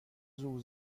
زور